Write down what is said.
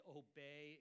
obey